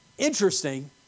Interesting